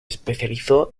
especializó